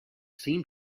seemed